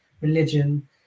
religion